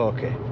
Okay